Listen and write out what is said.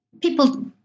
people